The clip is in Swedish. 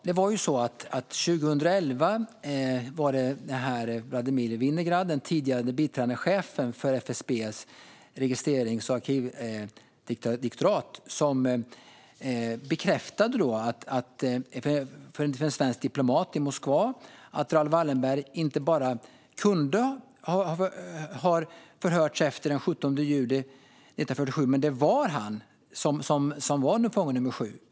Herr talman! Den tidigare biträdande chefen för FSB:s registrerings och arkivdirektorat, Vladimir Vinogradov, bekräftade 2011 för en svensk diplomat i Moskva att Raoul Wallenberg inte bara kunde ha förhörts efter den 17 juli 1947 utan att det var han som var fånge nr 7.